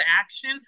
action